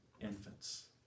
infants